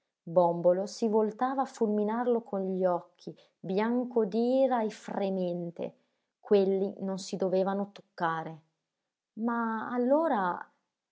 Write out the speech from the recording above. bòmbolo si voltava a fulminarlo con gli occhi bianco d'ira e fremente quelli non si dovevano toccare ma allora